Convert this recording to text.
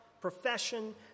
profession